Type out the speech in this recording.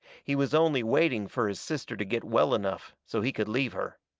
he was only waiting fur his sister to get well enough so he could leave her.